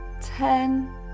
ten